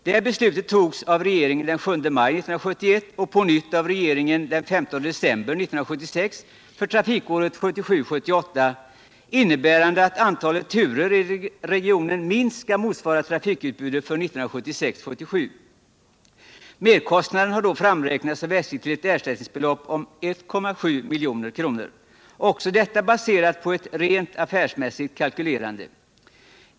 Det här beslutet togs av regeringen den 7 maj 1971 och på nytt av regeringen den 15 december 1976 för trafikåret 1977 77. Merkostnaden har då framräknats av SJ till ett ersättningsbelopp om 1,7 miljoner — också detta baserat på en rent affärsmässig kalkyl.